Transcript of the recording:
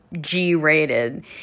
G-rated